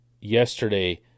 yesterday